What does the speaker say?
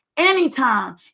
Anytime